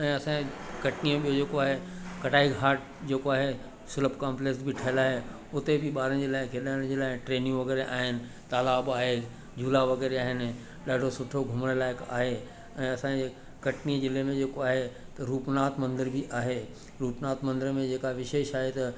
ऐं असांजे कटनीअ में जेको आहे कटाई घाट जेको आहे सुलभ कॉम्प्लेक्स बि ठहियल आहे उते बि ॿारनि जे लाइ खेॾण जे लाइ ट्रेनियूं वग़ैरह आहिनि तालाब आहे ॾाढो सुठो घुमण लाइक़ु आहे ऐं असांजे कटनी जिले में जेको आहे त रूपनाथ मंदर में जेका विशेष आहे त